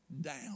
down